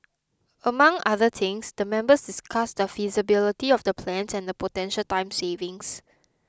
among other things the members discussed the feasibility of the plans and the potential time savings